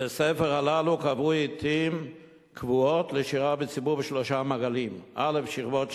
בתי-ספר הללו קבעו עתים קבועות לשירה בציבור בשלושה מעגלים: א.